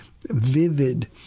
vivid